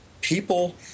people